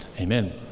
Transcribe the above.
amen